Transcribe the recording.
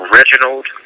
Reginald